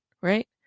right